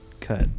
cut